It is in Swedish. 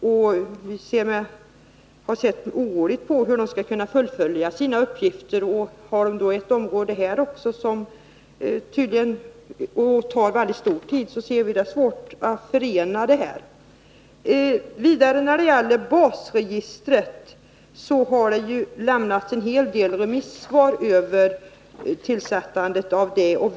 Vi har med oro undrat hur de skall kunna fullgöra sina uppgifter. Vi finner att dessa myndigheter skulle ha svårigheter att fullgöra uppgifter också på det här området som tydligen tar mycket tid i anspråk. Vidare har det lämnats en hel del remissvar om inrättande av basregister.